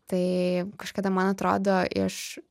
tai kažkada man atrodo iš